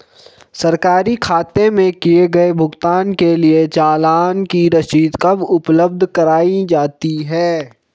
सरकारी खाते में किए गए भुगतान के लिए चालान की रसीद कब उपलब्ध कराईं जाती हैं?